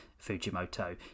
Fujimoto